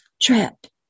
trapped